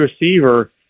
receiver